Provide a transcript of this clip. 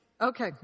Okay